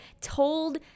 told